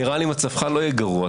נראה לי שמצבך לא יהיה גרוע.